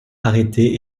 arrêté